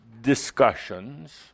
discussions –